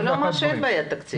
הוא אמר שאין בעיית תקציב.